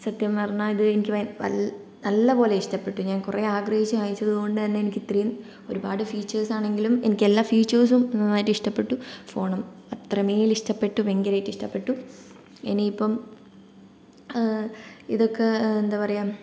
സത്യം പറഞ്ഞാൽ ഇത് എനിക്ക് വല്ല നല്ല പോലെ ഇഷ്ടപ്പെട്ടു ഞാൻ കുറെ ആഗ്രഹിച്ച് വാങ്ങിച്ചത് കൊണ്ട് തന്നെ എനിക്ക് ഇത്രയും ഒരുപാട് ഫീച്ചേഴ്സ് ആണെങ്കിലും എനിക്ക് എല്ലാ ഫീച്ചേഴ്സും നന്നായിട്ട് ഇഷ്ടപ്പെട്ടു ഫോണും അത്രമേൽ ഇഷ്ട്ടപ്പെട്ടു ഭയങ്കരമായിട്ട് ഇഷ്ടപ്പെട്ടു ഇനിയിപ്പം ഇതൊക്കെ എന്താ പറയാ